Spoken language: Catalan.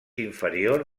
inferior